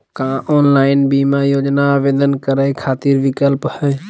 का ऑनलाइन बीमा योजना आवेदन करै खातिर विक्लप हई?